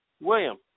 William